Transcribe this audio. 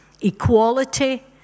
equality